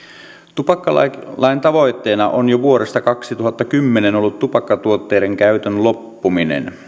tupakkalain tavoitteena on jo vuodesta kaksituhattakymmenen ollut tupakkatuotteiden käytön loppuminen